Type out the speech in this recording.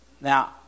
Now